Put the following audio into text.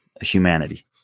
humanity